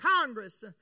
Congress